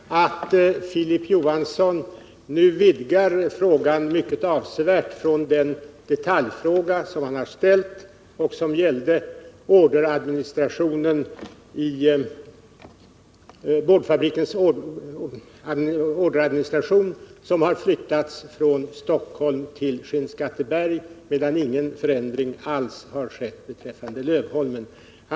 Herr talman! Får jag konstatera att Filip Johansson nu vidgar frågan avsevärt. Hans detaljfråga gällde boardfabrikens orderadministration, som har flyttats från Stockholm till Skinnskatteberg, medan ingen ändring alls har skett beträffande Lövholmen.